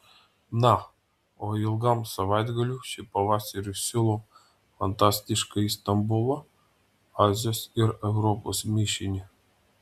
na o ilgam savaitgaliui šį pavasarį siūlau fantastiškąjį stambulą azijos ir europos mišinį